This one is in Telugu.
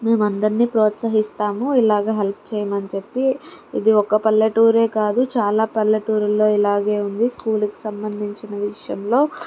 మేము అందరినీ ప్రోత్సహిస్తాము ఇలాగ హెల్ప్ చేయమని చెప్పి ఇది ఒక పల్లేటూరే కాదు చాలా పల్లెటూరులలో ఇలాగే ఉంది స్కూల్కి సంబంధించిన విషయంలో